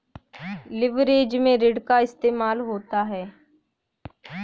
leverage में ऋण का इस्तेमाल होता है